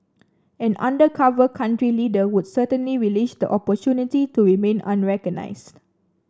an undercover country leader would certainly relish the opportunity to remain unrecognised